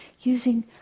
using